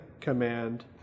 command